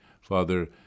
Father